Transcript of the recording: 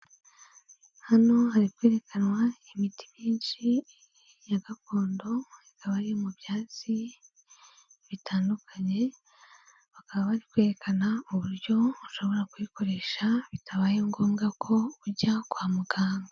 Hano hari kwerekanwa imiti myinshi ya gakondo, ikaba ari mu byatsi bitandukanye, bakaba bakwerekana uburyo ushobora kuyikoresha bitabaye ngombwa ko ujya kwa muganga.